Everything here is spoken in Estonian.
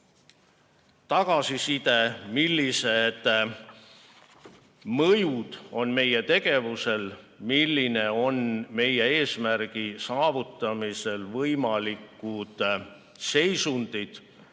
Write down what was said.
tagasiside: millised mõjud on meie tegevusel, millised on meie eesmärgi saavutamise korral võimalikud seisundid,